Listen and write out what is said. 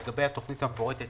לגבי התוכנית המפורטת